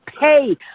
pay